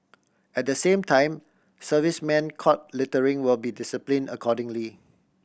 at the same time servicemen caught littering will be discipline accordingly